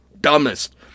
dumbest